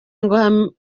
ngo